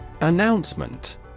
Announcement